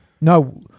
no